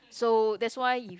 so that's why